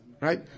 right